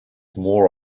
more